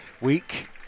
week